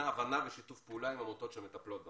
הבנה ושיתוף פעולה עם עמותות שמטפלות בנושא.